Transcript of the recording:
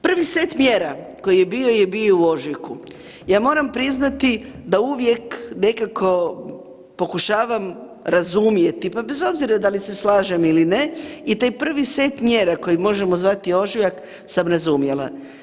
Prvi set mjera koji je bio je bio u ožujku, ja moram priznati da uvijek nekako pokušavam razumjeti, pa bez obzira da li se slažem ili ne i taj prvi set mjera koji možemo zvati ožujak sam razumjela.